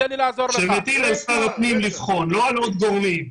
בהחלטה שמטיל על שר הפנים לבחון ולא על עוד גורמים.